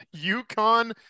UConn